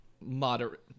moderate